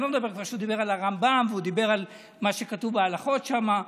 אני כבר לא אומר שהוא דיבר על הרמב"ם והוא דיבר על מה שכתוב בהלכות שמה.